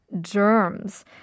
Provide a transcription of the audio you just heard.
germs